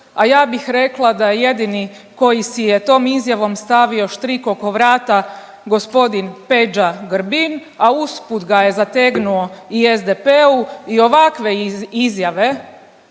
a ja bih rekla da je jedini koji si je tom izjavom stavio štrik oko vrata g. Peđa Grbin, a usput ga je zategnuo i SDP-u i ovakve izjave